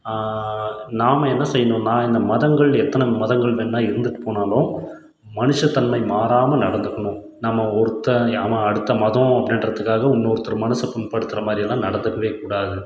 நாம் என்ன செய்யணுனா இந்த மதங்கள் எத்தனை மதங்கள் வேணா இருந்துட்டு போனாலும் மனுஷத்தன்மை மாறாமல் நடந்துக்கணும் நாம் ஒருத்தன் அவன் அடுத்த மதம் அப்படின்றதுக்காக இன்னொருத்தரு மனதை புண்படுத்துகிற மாதிரியெல்லா நடந்துக்கவேக் கூடாது